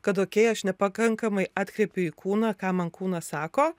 kad okei aš nepakankamai atkreipiu į kūną ką man kūnas sako